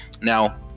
now